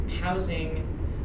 housing